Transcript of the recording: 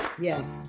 Yes